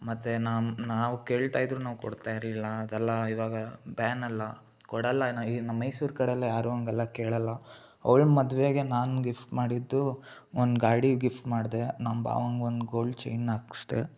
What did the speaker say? ಮತ್ತು ನಮ್ಮ ನಾವು ಕೇಳ್ತಾಯಿದ್ರೂ ನಾವು ಕೊಡ್ತಾಯಿರಲಿಲ್ಲ ಅದೆಲ್ಲ ಇವಾಗ ಬ್ಯಾನಲ್ಲ ಕೊಡೋಲ್ಲ ನ ಈಗ ನಮ್ಮ ಮೈಸೂರು ಕಡೆಯೆಲ್ಲ ಯಾರೂ ಹಂಗೆಲ್ಲ ಕೇಳೋಲ್ಲ ಅವ್ಳ ಮದುವೆಗೆ ನಾನು ಗಿಫ್ಟ್ ಮಾಡಿದ್ದು ಒಂದು ಗಾಡಿ ಗಿಫ್ಟ್ ಮಾಡಿದೆ ನಮ್ಮ ಭಾವಂಗೆ ಒಂದು ಗೋಲ್ಡ್ ಚೈನ್ನ ಹಾಕ್ಸ್ದೆ